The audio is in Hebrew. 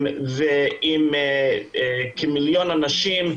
עם מיליון אנשים,